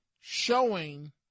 showing